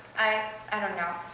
i don't know.